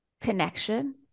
connection